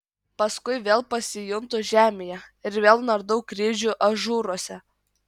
paskui vėl pasijuntu žemėje ir vėl nardau kryžių ažūruose